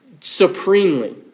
supremely